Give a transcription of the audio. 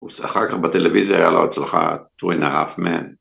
‫אחר כך בטלוויזיה היה לו הצלחה ‫2.5 מן.